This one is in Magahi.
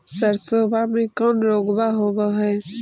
सरसोबा मे कौन रोग्बा होबय है?